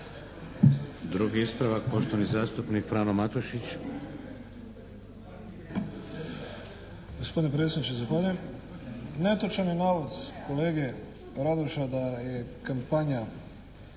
Drugi ispravak, poštovani zastupnik Frano Matušić.